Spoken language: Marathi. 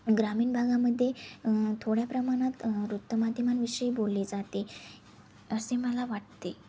ग्रामीण भागामध्ये थोड्या प्रमाणात वृत्तमाध्यमांविषयी बोलली जाते असे मला वाटते